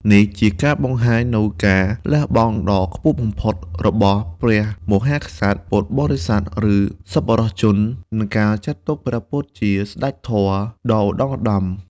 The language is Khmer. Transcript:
នេះជាការបង្ហាញនូវការលះបង់ដ៏ខ្ពស់បំផុត របស់ព្រះមហាក្សត្រ ពុទ្ធបរិស័ទ ឬសប្បុរសជន និងការចាត់ទុកព្រះពុទ្ធជា ស្តេចធម៌ ដ៏ឧត្តុង្គឧត្តម។